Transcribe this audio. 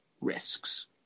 risks